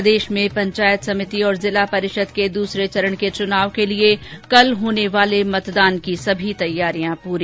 प्रदेश में पंचायत समिति और जिला परिषद के दूसरे चरण के चुनाव के लिए कल होने वाले मतदान की तैयारियां पूरी